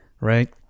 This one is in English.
Right